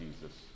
Jesus